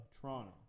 Toronto